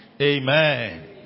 Amen